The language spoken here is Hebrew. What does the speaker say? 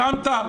הרמת?